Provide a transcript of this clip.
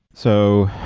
so,